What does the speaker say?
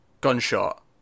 gunshot